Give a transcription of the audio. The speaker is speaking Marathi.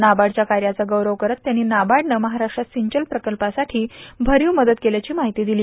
नाबार्डच्या कार्याचा गौरव करत त्यांनी नाबार्डनं महाराष्ट्रात सिंचन प्रकल्पांसाठी भरीव मदत केल्याची माहिती ही त्यांनी दिली